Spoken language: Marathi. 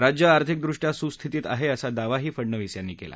राज्य आर्थिकृृष्ट्या सुस्थितीत आहे असा दावाही फडनवीस यांनी केला